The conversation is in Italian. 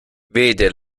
vede